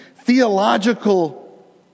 theological